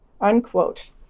unquote